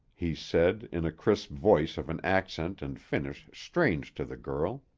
he said, in a crisp voice of an accent and finish strange to the girl